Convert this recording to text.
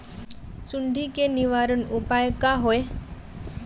सुंडी के निवारण उपाय का होए?